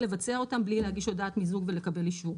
לבצע אותם בלי להגיש הודעת מיזוג ולקבל אישור.